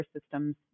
systems